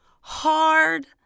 hard